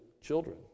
children